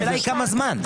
השאלה היא כמה זמן.